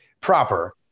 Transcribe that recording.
proper